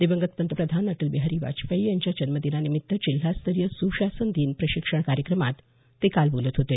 दिवंगत पंतप्रधान अटल बिहारी वाजपेयी यांच्या जन्मदिनानिमित्त जिल्हास्तरीय सुशासन दिन प्रशिक्षण कार्यक्रमात ते काल बोलत होते